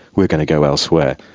we're going to go elsewhere.